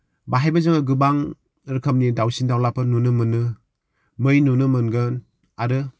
बाहायबो जोङो गोबां रोखोमनि दाउसिन दाउला नुनो मोनो मै नुनो मोनगोन आरो